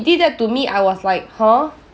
did that to me I was like !huh!